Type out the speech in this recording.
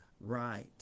right